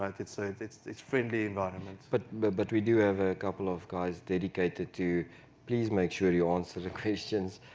right? it's so it's friendly environment but but but we do have a couple of guys dedicated to please make sure you answer the questions.